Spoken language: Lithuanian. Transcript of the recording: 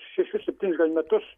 šešis septynis gal metus